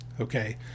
Okay